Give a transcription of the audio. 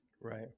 Right